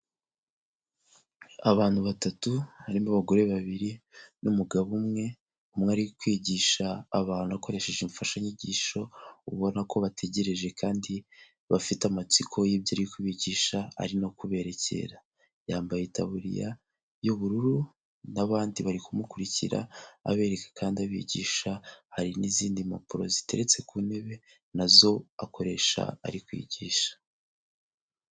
Abantu batatu, harimo abagore babiri n'umugabo umwe, umwe ari kwigisha abantu akoresheje imfashanyigisho ubona ko bategereje kandi bafite amatsiko y'ibyo ari kubigisha ari no kuberekera, yambaye itabuririya y'ubururu n'abandi bari kumukurikira abereka kandi abigisha hari n'izindi mpapuro ziteretse ku ntebe nazo akoresha ari kwigisha.